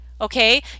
okay